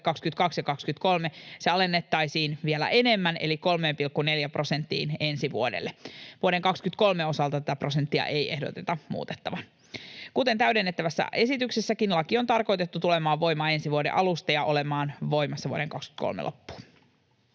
22 ja 23, alennettaisiin vielä enemmän eli 3,4 prosenttiin ensi vuodelle. Vuoden 23 osalta tätä prosenttia ei ehdoteta muutettavan. Kuten täydentävässä esityksessäkin, laki on tarkoitettu tulemaan voimaan ensi vuoden alusta ja olemaan voimassa vuoden 23 loppuun.